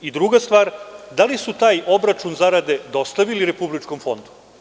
Druga stvar, da li su taj obračun zarade dostavili Republičkom fondu.